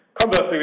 Conversely